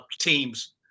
teams